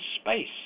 space